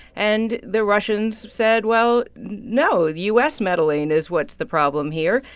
and the russians said, well, no. the u s. meddling is what's the problem here.